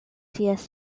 ties